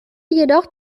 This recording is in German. jedoch